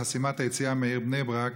חסימת היציאה מהעיר בני ברק,